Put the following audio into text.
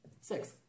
Six